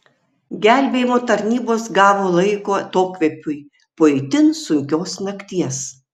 gelbėjimo tarnybos gavo laiko atokvėpiui po itin sunkios nakties